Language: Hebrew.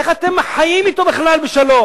איך אתם חיים אתו בכלל בשלום,